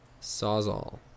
sawzall